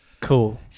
Cool